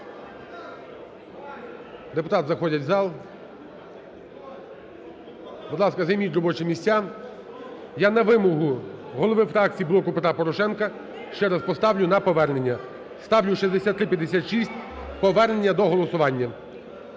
Депутати заходять в зал. Будь ласка, займіть робочі місця. Я, на вимогу голови фракції "Блоку Петра Порошенка", ще раз поставлю на повернення. Ставлю 6356 повернення до голосування,